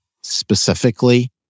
specifically